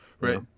right